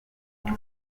kuri